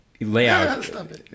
layout